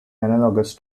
analogous